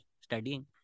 studying